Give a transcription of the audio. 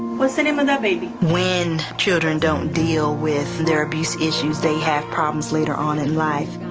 what is the name of that baby? when children don't deal with their abuse issues, they have problems later on in life.